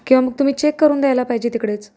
किंवा मग तुम्ही चेक करून द्यायला पाहिजे तिकडेच